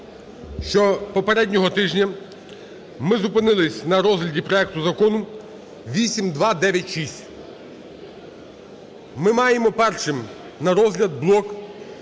що попереднього тижня ми зупинилися на розгляді проекту Закону 8296. Ми маємо першим на розгляд блок